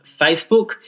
Facebook